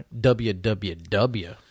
WWW